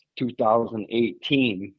2018